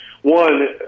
One